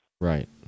Right